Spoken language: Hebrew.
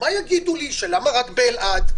יגידו לי שרק באלעד?